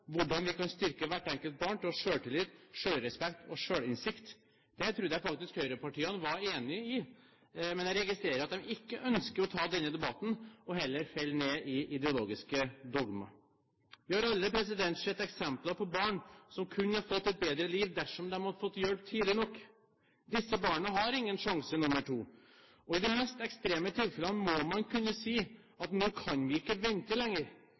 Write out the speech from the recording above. hvordan vi kan styrke hvert enkelt barn til å få selvtillit, selvrespekt og selvinnsikt. Det trodde jeg faktisk høyrepartiene var enig i, men jeg registrerer at de ikke ønsker å ta denne debatten, og heller faller ned i ideologiske dogmer. Vi har alle sett eksempler på barn som kunne fått et bedre liv dersom de hadde fått hjelp tidlig nok. Disse barna har ingen sjanse nr. to, og i de mest ekstreme tilfellene må man kunne si: Nå kan vi ikke vente lenger.